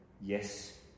yes